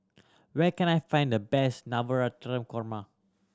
where can I find the best Navratan Korma